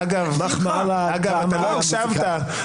אגב, אתה לא הקשבת.